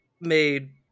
made